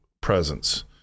presence